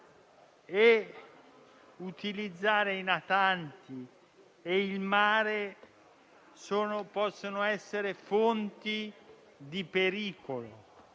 rispettate. I natanti e il mare possono essere fonti di pericolo.